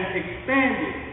expanded